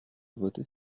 voter